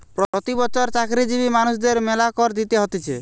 প্রতি বছর চাকরিজীবী মানুষদের মেলা কর দিতে হতিছে